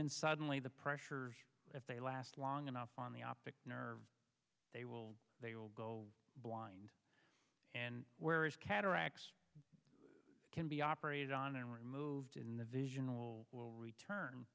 then suddenly the pressures if they last long enough on the optic nerve they will they will go blind and where is cataracts can be operated on and removed in the visual will return